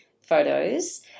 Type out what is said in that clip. Photos